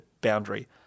boundary